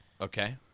Okay